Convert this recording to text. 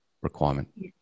requirement